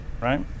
right